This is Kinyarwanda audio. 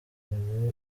ubu